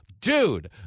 Dude